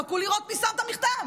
חכו לראות מי שם את המכתב,